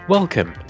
Welcome